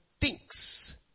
thinks